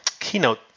keynote